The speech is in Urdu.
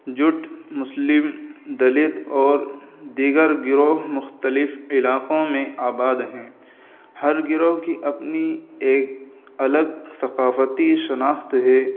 جاٹ مسلم دلت اور دیگر گروہ مختلف علاقوں میں آباد ہیں ہر گروہ کی اپنی ایک الگ ثقافتی شناخت ہے